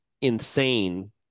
insane